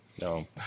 No